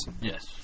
Yes